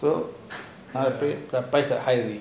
so the price are high already